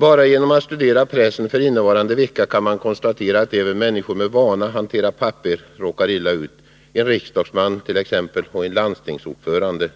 Bara genom att studera pressen för innevarande vecka kan man konstatera att även människor med vana att hantera papper råkar illa ut, t.ex. en riksdagsman och en landstingsordförande.